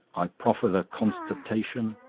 i proffer the constatation,